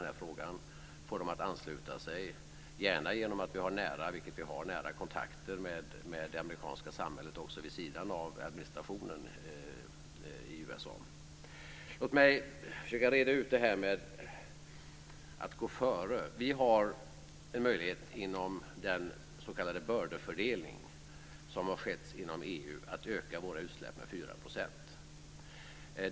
Vi måste också försöka få USA att ansluta sig - gärna genom nära kontakter med det amerikanska samhället också vid sidan av administrationen i USA. Sådana kontakter har vi också. Låt mig försöka reda ut detta med att gå före. Vi har en möjlighet inom den s.k. bördefördelning som har gjorts inom EU att öka våra utsläpp med 4 %.